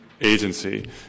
agency